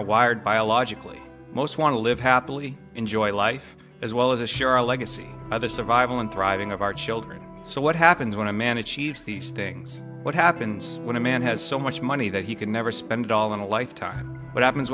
are wired biologically most want to live happily enjoy life as well as assure a legacy of the survival and thriving of our children so what happens when a man sheaves these things what happens when a man has so much money that he could never spend it all in a lifetime what happens